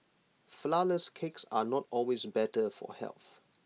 Flourless Cakes are not always better for health